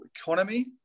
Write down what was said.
economy